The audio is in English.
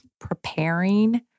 preparing